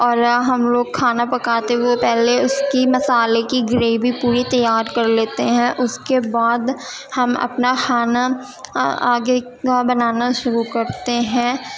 اور ہم لوگ کھانا پکاتے ہوئے پہلے اس کی مسالہ کے گریوی پوری تیار کر لیتے ہیں اس کے بعد ہم اپنا کھانا آگے کا بنانا شروع کرتے ہیں